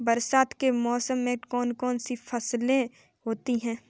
बरसात के मौसम में कौन कौन सी फसलें होती हैं?